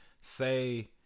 say